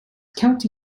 county